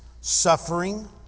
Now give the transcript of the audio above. suffering